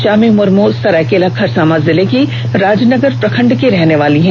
चामी मुर्मू सरायकेला खरसांवा जिले की राजनगर प्रखण्ड की रहने वाली हैं